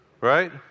right